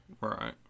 Right